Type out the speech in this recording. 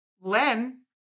Len